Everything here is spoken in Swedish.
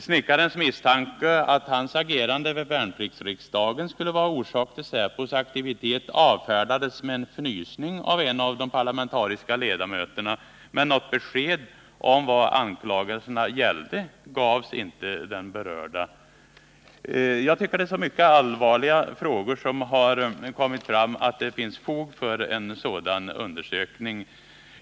Snickarens misstanke att det var hans agerande på värnpliktsriksdagen som var orsaken avfärdades med en fnysning av en av de parlamentariska ledamöterna. Men något besked om vad anklagelserna gällde gavs inte den berörde. Jag tycker att det är så många allvarliga frågor som har kommit fram att det finns fog för en sådan här undersökning.